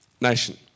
nation